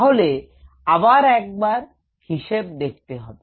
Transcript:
তাহলে আবার একবার হিসেব দেখতে হবে